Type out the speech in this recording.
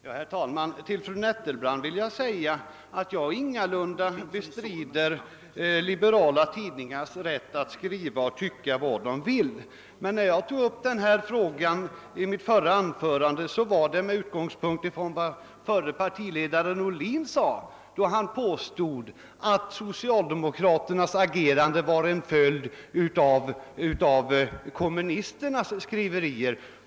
Herr talman! Jag vill säga fru Nettelbrandt att jag ingalunda bestrider liberala tidningars rätt att skriva och tycka vad de vill, men när jag tog upp den här frågan i mitt förra anförande var det med utgångspunkt från förre partiledaren herr Ohlins uttalande, att socialdemokraternas agerande var en följd av kommunisternas skriverier.